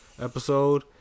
episode